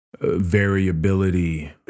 variability